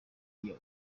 iyo